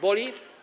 Boli?